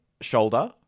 shoulder